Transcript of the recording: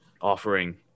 offering